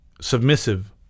submissive